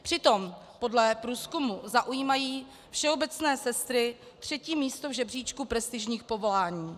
Přitom podle průzkumu zaujímají všeobecné sestry třetí místo v žebříčku prestižních povolání.